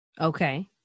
Okay